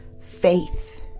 faith